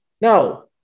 No